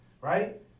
right